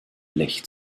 lech